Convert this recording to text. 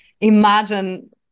imagine